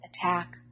attack